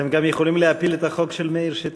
אתם גם יכולים להפיל את החוק של מאיר שטרית.